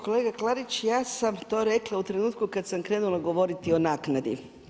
Kolega Klarić, ja sam to rekla u trenutku kad sam krenula govoriti o naknadi.